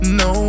no